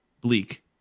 bleak